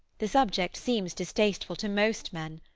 the subject seems distasteful to most men.